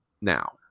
now